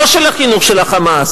לא של החינוך של ה"חמאס".